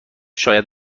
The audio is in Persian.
شاید